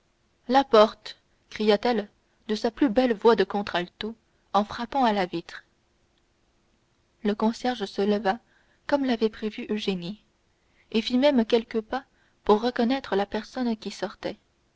la porte cria-t-elle de sa plus belle voix de contralto en frappant à la vitre le concierge se leva comme l'avait prévu eugénie et fit même quelques pas pour reconnaître la personne qui sortait